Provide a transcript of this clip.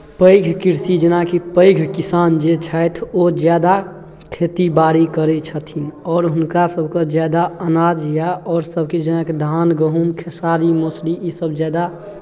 पैघ कृषि जेनाकि पैघ किसान जे छथि ओ ज्यादा खेतीबाड़ी करै छथिन आओर हुनकासभके ज्यादा अनाज या आओर सभकिछु जेनाकि धान गहूँम खेसारी मसुरी ईसभ ज्यादा